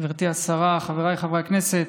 גברתי השרה, חבריי חברי הכנסת,